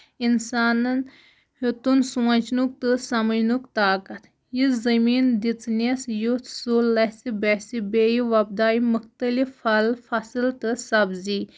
اِنسانن ہٮ۪وٚتُن سونچنُک تہٕ سَمجنُک طاقت یُس زٔمیٖن دِژٕنیس یُتھ سُہ لَسہِ بَسہِ بیٚیہِ وۄپداوِ مُختٔلِف پھل فَصٕل تہٕ سَبزی